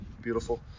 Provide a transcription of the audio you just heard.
Beautiful